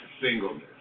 singleness